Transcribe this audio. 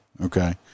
okay